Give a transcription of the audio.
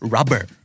Rubber